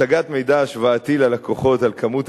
הצגת מידע השוואתי ללקוחות על כמות